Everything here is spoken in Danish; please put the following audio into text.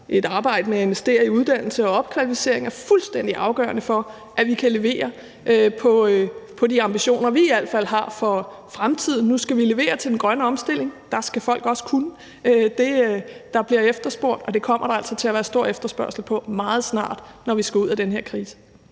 et arbejde med at investere i uddannelse og opkvalificering – er fuldstændig afgørende for, at vi kan levere på de ambitioner, vi i hvert fald har for fremtiden. Nu skal vi levere til den grønne omstilling. Der skal folk også kunne det, der bliver efterspurgt. Der kommer altså meget snart til at blive stor efterspørgsel efter det, når vi skal ud af den her krise.